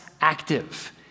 active